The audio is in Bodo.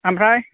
आमफ्राय